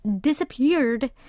disappeared